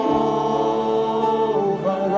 over